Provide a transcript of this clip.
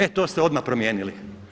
E to ste odmah promijenili.